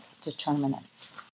determinants